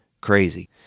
crazy